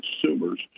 consumers